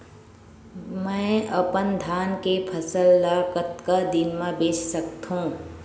मैं अपन धान के फसल ल कतका दिन म बेच सकथो?